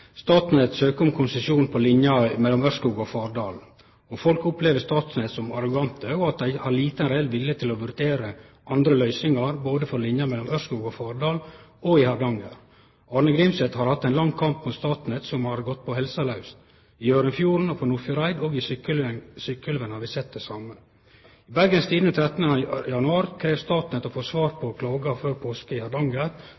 om konsesjon på linja mellom Ørskog og Fardal. Folk opplever Statnett som arrogante og som at dei har liten reell vilje til å vurdere andre løysingar, både når det gjeld linja mellom Ørskog og Fardal og den i Hardanger. Arne Grimseth har ført ein lang kamp mot Statnett, noko som har gått på helsa laus. I Hjørundfjorden, på Nordfjordeid og i Sykkylven har vi sett det same. I Bergens Tidende den 13. januar krev Statnett å få svar